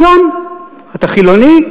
גם, אתה חילוני?